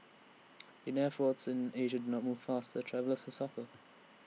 in airforce in Asia do not move faster travellers will suffer